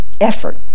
effort